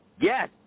Yes